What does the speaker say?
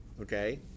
okay